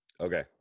Okay